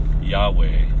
Yahweh